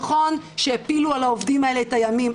נכון שהפילו על העובדים האלה את הימים,